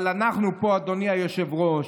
אבל אנחנו פה, אדוני היושב-ראש,